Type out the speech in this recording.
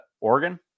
Oregon